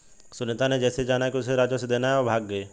सुनीता ने जैसे ही जाना कि उसे राजस्व देना है वो भाग गई